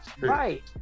Right